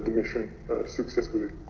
mission successfully.